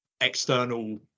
external